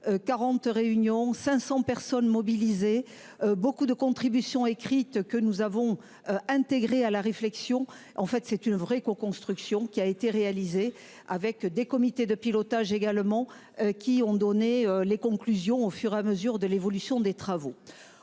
40 réunions 500 personnes mobilisées. Beaucoup de contributions écrites que nous avons intégré à la réflexion. En fait c'est une vraie co-construction qui a été réalisé avec des comités de pilotage également qui ont donné les conclusions au fur et à mesure de l'évolution des travaux